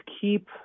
keep